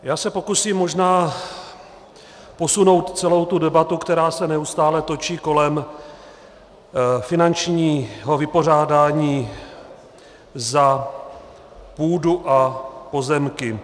Já se pokusím možná posunout celou debatu, která se neustále točí kolem finančního vypořádání za půdu a pozemky.